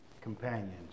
companions